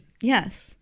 yes